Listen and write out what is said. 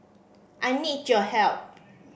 I need your help